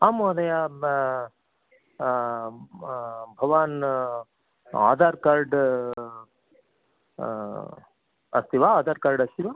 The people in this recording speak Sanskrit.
आम् महोदया भवत्याः आधारः कार्ड् अस्ति वा आधारः कार्ड् अस्ति वा